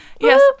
yes